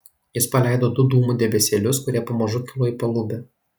jis paleido du dūmų debesėlius kurie pamažu kilo į palubę